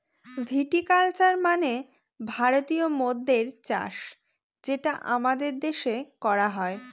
ভিটি culture মানে ভারতীয় মদ্যের চাষ যেটা আমাদের দেশে করা হয়